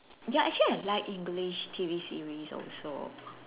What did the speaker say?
ya actually I like English T_V series also